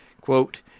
Quote